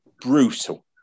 brutal